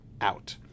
out